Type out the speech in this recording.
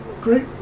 great